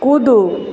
कूदू